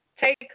Take